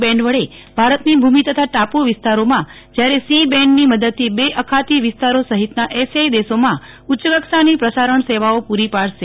band વડે ભારતની ભૂમિ તથા ટાપુ વિસ્તારોમાં જ્યારે સી બેન્ડની મદદથી બે અખાતી વિ સ્તારો સહિતના એશિયાઈ દેશોમાં ઉચ્ય કક્ષાની પ્રસારણ સેવાઓ પૂરી પાડશે